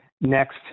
Next